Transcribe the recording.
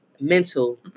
Mental